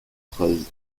treize